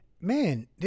man